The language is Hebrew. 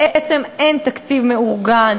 בעצם אין תקציב מאורגן,